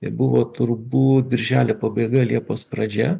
ir buvo turbūt birželio pabaiga liepos pradžia